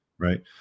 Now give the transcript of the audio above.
Right